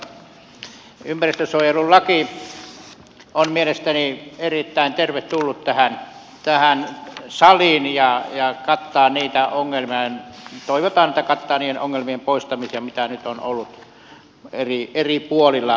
ympäristönsuojelulaki on mielestäni erittäin tervetullut tähän saliin ja kattaa toivotaan niitten ongelmien poistamisen mitä nyt on ollut eri puolilla suomea